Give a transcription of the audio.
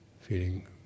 feeling